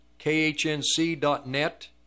KHNC.net